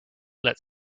let